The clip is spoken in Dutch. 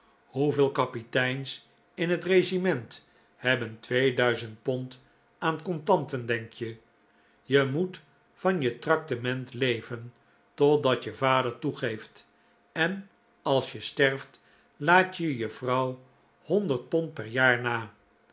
hoeveel kapiteins in het regiment hebben twee duizend pond aan contanten denk je je moet van je traktement leven totdat je vader toegeeft en als je sterft laat je je vrouw honderd pond per jaar na